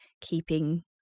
keeping